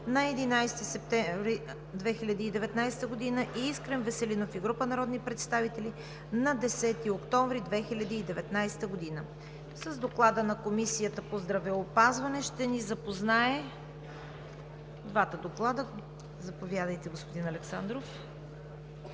на 11 септември 2019 г., и Искрен Веселинов и група народни представители на 10 октомври 2019 г. С двата доклада на Комисията по здравеопазване ще ни запознае господин Александров.